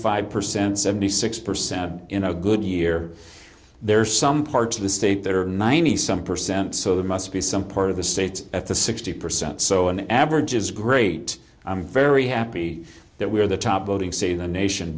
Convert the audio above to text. five percent seventy six percent in a good year there are some parts of the state that are ninety some percent so there must be some part of the state's at the sixty percent so an average is great i'm very happy that we're the top voting see the nation